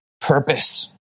purpose